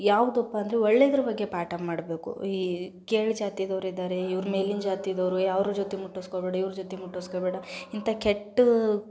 ಯಾವ್ದಪ್ಪ ಅಂದರೆ ಒಳ್ಳೇದ್ರ ಬಗ್ಗೆ ಪಾಠ ಮಾಡಬೇಕು ಈ ಕೀಳು ಜಾತಿಯವ್ರ್ ಇದ್ದಾರೆ ಇವ್ರು ಮೇಲಿನ ಜಾತಿಯವ್ರು ಏಯ್ ಅವ್ರ ಜೊತೆ ಮುಟ್ಟಿಸ್ಕೋಬೇಡ ಇವ್ರ ಜೊತೆ ಮುಟ್ಟಿಸ್ಕೋಬೇಡ ಇಂಥ ಕೆಟ್ಟ